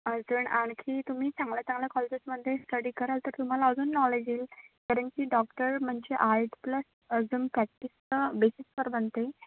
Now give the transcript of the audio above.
अजून आणखी तुम्ही चांगल्या चांगल्या कॉलेजेसमधे स्टडी कराल तर तुम्हाला अजून नॉलेज येईल कारण की डॉक्टर म्हणजे आर्ट प्लस अजून प्रॅक्टिस बेसिक्स